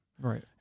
Right